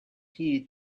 here